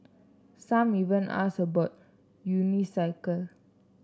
some even ask about unicycle